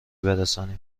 برسانیم